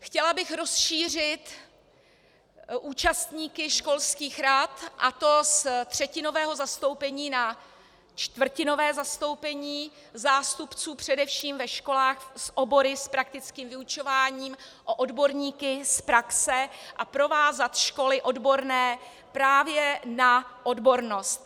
Chtěla bych rozšířit účastníky školských rad, a to z třetinového zastoupení na čtvrtinové zastoupení zástupců především ve školách s obory s praktickým vyučováním o odborníky z praxe a provázat školy odborné právě na odbornost.